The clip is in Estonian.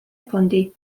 fondi